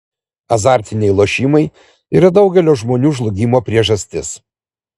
azartiniai lošimai yra daugelio žmonių žlugimo priežastis